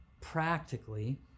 practically